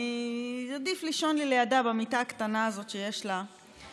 עדיף לי לישון לידה במיטה הקטנה הזאת שיש לה.